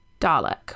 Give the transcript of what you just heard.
Dalek